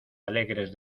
alegres